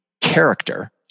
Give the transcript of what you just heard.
character